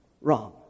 wrong